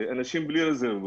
אנשים בלי רזרבות,